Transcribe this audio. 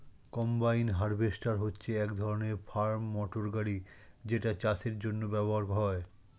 combine harvester হচ্ছে এক ধরণের ফার্ম মোটর গাড়ি যেটা চাষের জন্য ব্যবহার হয়